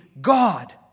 God